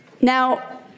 Now